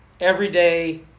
everyday